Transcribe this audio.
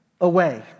away